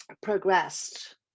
progressed